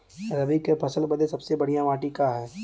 रबी क फसल बदे सबसे बढ़िया माटी का ह?